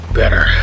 better